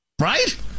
right